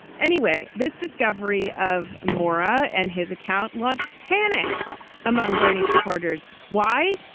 anyway, this discovery of moora and his account launched panic among bernie supporters. why?